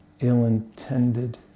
ill-intended